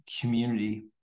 community